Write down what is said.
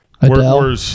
Adele